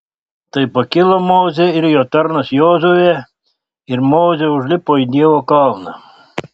tai pakilo mozė ir jo tarnas jozuė ir mozė užlipo į dievo kalną